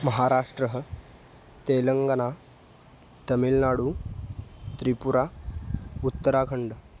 Maharashtra Telangana Tamil Nadu Tripura Uttarakhand